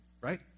right